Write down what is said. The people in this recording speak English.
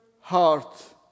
heart